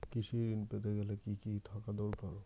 কৃষিঋণ পেতে গেলে কি কি থাকা দরকার?